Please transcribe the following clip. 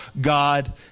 God